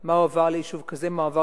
מה התקציב שהועבר